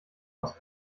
aus